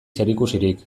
zerikusirik